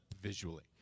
visually